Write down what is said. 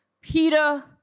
Peter